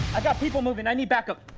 i got people moving. i need backup!